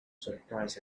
surprised